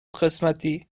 قسمتی